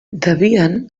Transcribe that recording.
debian